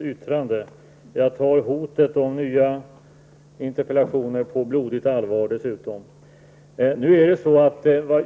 yttrande. Jag tar dessutom hotet om nya interpellationer på blodigt allvar.